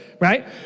right